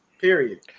Period